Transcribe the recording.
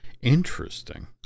interesting